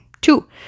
Two